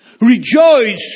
Rejoice